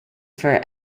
for